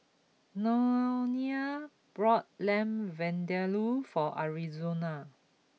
Nonie brought Lamb Vindaloo for Arizona